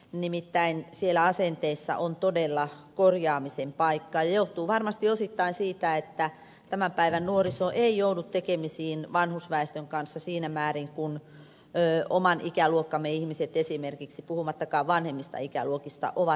nimittäin siellä asenteissa on todella korjaamisen paikka ja se johtuu varmasti osittain siitä että tämän päivän nuoriso ei joudu tekemisiin vanhusväestön kanssa siinä määrin kuin oman ikäluokkamme ihmiset esimerkiksi puhumattakaan vanhemmista ikäluokista ovat joutuneet